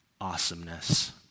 awesomeness